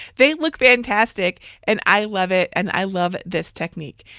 they look fantastic and i love it and i love this technique.